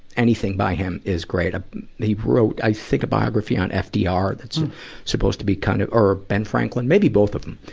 anything by him is great. ah he wrote, i think, a biography on fdr, that's supposed to be kind of or ah ben franklin. maybe both of them.